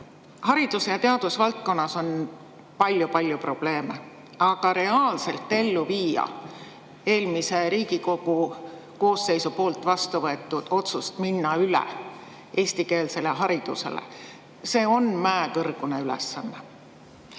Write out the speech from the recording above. Haridus- ja teadusvaldkonnas on palju-palju probleeme, aga reaalselt ellu viia eelmise Riigikogu koosseisu vastu võetud otsust minna üle eestikeelsele haridusele on mäekõrgune ülesanne.